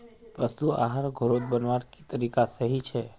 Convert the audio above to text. पशु आहार घोरोत बनवार की तरीका सही छे?